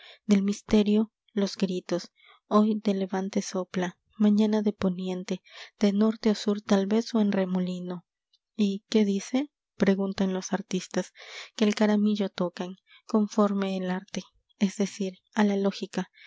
del misíe io los gritos hoy de levante sopla mañana deponiente de norte o tur tal vez o en remolino y qué dice preguntan los artistas que el caramillo tocan conforme el arte es decir a le lógica